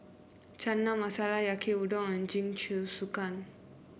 Chana Masala Yaki Udon and Jingisukan